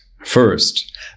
First